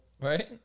Right